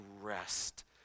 rest